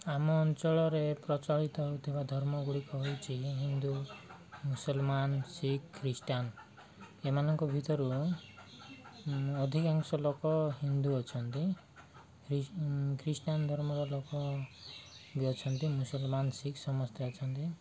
ଆମ ଅଞ୍ଚଳରେ ପ୍ରଚଳିତ ହଉଥିବା ଧର୍ମ ଗୁଡ଼ିକ ହଉଚି ହିନ୍ଦୁ ମୁସଲମାନ ଶିଖ ଖ୍ରୀଷ୍ଟିଆନ୍ ଏମାନଙ୍କ ଭିତରୁ ଅଧିକାଂଶ ଲୋକ ହିନ୍ଦୁ ଅଛନ୍ତି ଖ୍ରୀଷ୍ଟିଆନ୍ ଧର୍ମର ଲୋକ ବି ଅଛନ୍ତି ମୁସଲମାନ ଶିଖ୍ ସମସ୍ତେ ଅଛନ୍ତି